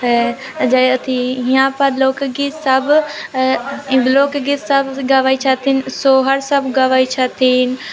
तऽ जे अथी इहाँ पर लोकगीत सब लोकगीत सब गबै छथिन सोहर सब गबै छथिन